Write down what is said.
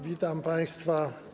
Witam państwa.